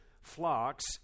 flocks